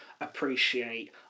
appreciate